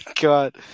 god